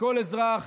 לכל אזרח,